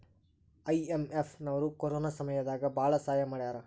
IMF ನವ್ರು corona ಸಮಯ ದಾಗ ಭಾಳ ಸಹಾಯ ಮಾಡ್ಯಾರ